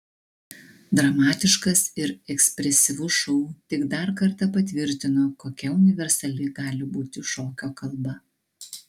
dramatiškas ir ekspresyvus šou tik dar kartą patvirtino kokia universali gali būti šokio kalba